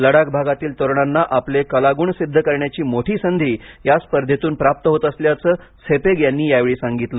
लडाख भागातील तरुणांना आपले कलागुण सिद्ध करण्याची मोठी संधी या स्पर्धेतून प्राप्त होत असल्याच त्सेपेग यांनी यावेळी सांगितलं